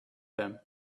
them